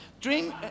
Dream